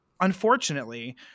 unfortunately